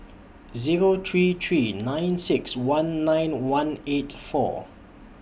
Zero three three nine six one nine one eight four